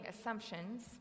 assumptions